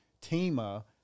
TEMA